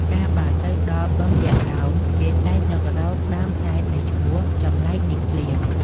កាលបើទៅដល់ "បឹងយក្សឡោម" គេតែងនឹករកដើមហេតុនៃឈ្មោះចម្លែកនេះភ្លាម។